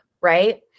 Right